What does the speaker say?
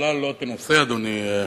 בכלל תנסה, אדוני,